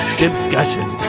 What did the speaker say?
discussion